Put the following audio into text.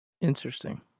Interesting